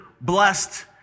blessed